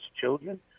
children